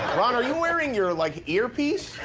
ron, are you wearing your like earpiece?